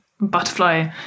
butterfly